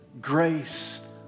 grace